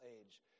age